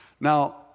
Now